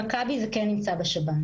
במכבי זה כן נמצא בשב"ן.